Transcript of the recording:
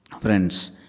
Friends